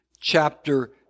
chapter